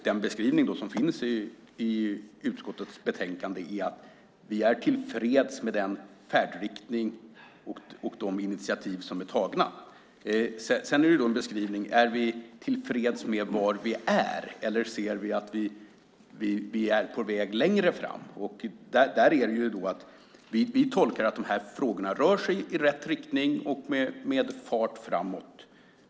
Den beskrivning som finns i utskottets betänkande är att vi är tillfreds med den färdriktning och de initiativ som är tagna. Är det då en beskrivning av att vi är tillfreds med var vi är eller ser vi att vi är på väg längre fram? Där är det så att vi tolkar att de här frågorna rör sig i rätt riktning och med fart framåt.